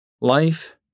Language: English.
Life